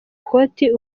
ikoti